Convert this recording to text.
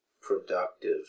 Productive